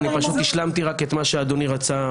אני פשוט השלמתי רק את מה שאדוני שאל.